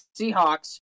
Seahawks